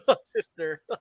sister